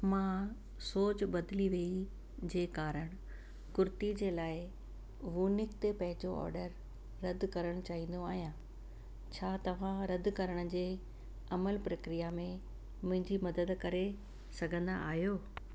मां सोच बदिली वेई जे कारण कुर्ती जे लाइ वूनिक ते पंहिंजो ऑडर रदु करणु चाहींदो आहियां छा तव्हां रदु करण जे अमल में मुंहिंजी मदद करे सघंदा आहियो